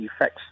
effects